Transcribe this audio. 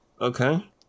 Okay